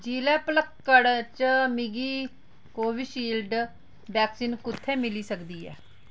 जि'ले पलक्कड़ च मिगी कोविशील्ड वैक्सीन कु'त्थै मिली सकदी ऐ